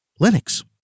linux